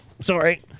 Sorry